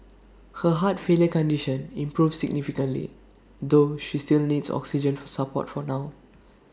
her heart failure condition improved significantly though she still needs oxygen support for now